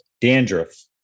Dandruff